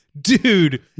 dude